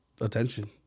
attention